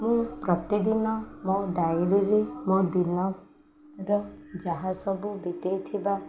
ମୁଁ ପ୍ରତିଦିନ ମୋ ଡାଇରୀରେ ମୋ ଦିନର ଯାହା ସବୁ ବିତାଇ ଥିବା